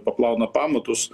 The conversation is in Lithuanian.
paplauna pamatus